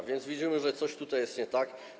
A więc widzimy, że coś tutaj jest nie tak.